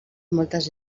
moltes